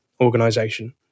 organization